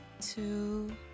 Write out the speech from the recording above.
two